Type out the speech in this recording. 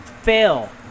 fail